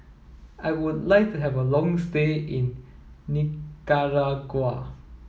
I would like to have a long stay in Nicaragua